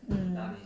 mm